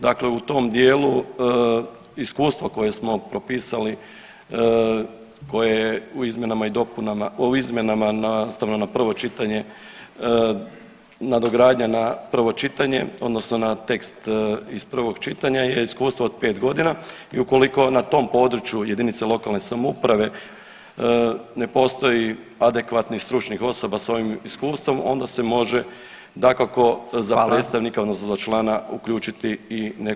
Dakle, u tom dijelu iskustvo koje smo propisali koje u izmjenama i dopunama, u izmjenama nastavno na prvo čitanje, nadogradnja na prvo čitanje odnosno na tekst iz prvog čitanja je iskustvo od 5 godina i ukoliko na tom području jedinice lokalne samouprave ne postoji adekvatnih stručnih osoba s ovim iskustvom onda se može dakako [[Upadica: Hvala.]] za predstavnika odnosno za člana uključiti i nekog ispod [[Upadica: Hvala lijepa.]] tog iskustava.